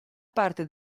parte